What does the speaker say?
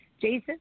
Jason